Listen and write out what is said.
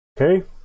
okay